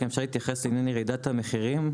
רק אם אפשר להתייחס לעניין ירידת המחירים?